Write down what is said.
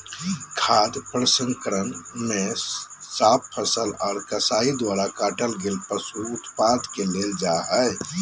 खाद्य प्रसंस्करण मे साफ फसल आर कसाई द्वारा काटल गेल पशु उत्पाद के लेल जा हई